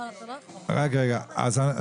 אחד.